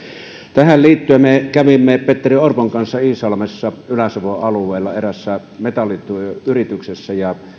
tähän liittyen me kävimme petteri orpon kanssa iisalmessa ylä savon alueella eräässä metalliyrityksessä